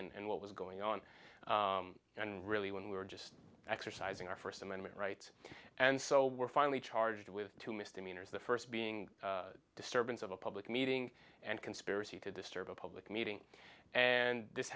thinking and what was going on and really when we were just exercising our first amendment rights and so we're finally charged with two misdemeanors the first being a disturbance of a public meeting and conspiracy to disturb a public meeting and this